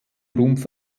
rumpf